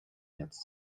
jetzt